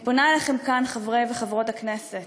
אני פונה אליכם כאן, חברי וחברות הכנסת.